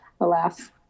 Alas